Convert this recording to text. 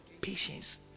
Patience